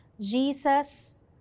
Jesus